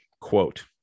Quote